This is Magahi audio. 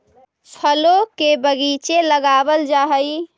फलों के बगीचे लगावल जा हई